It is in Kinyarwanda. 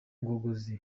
ngogozi